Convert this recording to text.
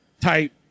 type